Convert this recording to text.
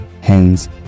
hence